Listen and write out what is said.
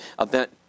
event